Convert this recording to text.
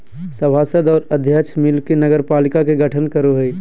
सभासद और अध्यक्ष मिल के नगरपालिका के गठन करो हइ